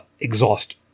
exhaust